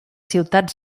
ciutats